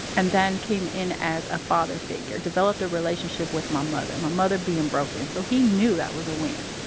and then came in as a father figure developed a relationship with my mother my mother being broken, so he knew that was a win.